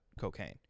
cocaine